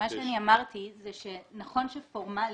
נכון שפורמלית,